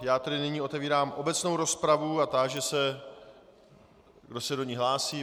Já tedy nyní otevírám obecnou rozpravu a táži se, kdo se do ní hlásí.